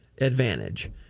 advantage